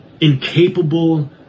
incapable